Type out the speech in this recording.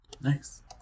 Nice